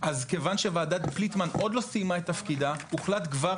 אז כיוון שוועדת פליטמן עוד לא סיימה את תפקידה הוחלט כבר